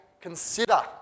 consider